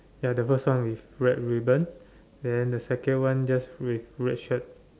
ya the first one with red ribbon then the second one just with red shirt